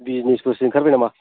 बिजिनेसफोरसो ओंखारबाय नामा